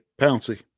Pouncy